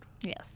Yes